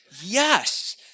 yes